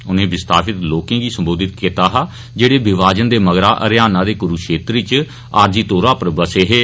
उनें विस्थापित लोकें गी सम्बोधित कीता हा जेड़े विभाजन दे मगरा हरियाणा दे कुरूक्षेत्रा इच आरजी तौरा पर बसे हे